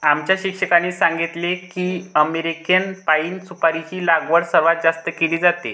आमच्या शिक्षकांनी सांगितले की अमेरिकेत पाइन सुपारीची लागवड सर्वात जास्त केली जाते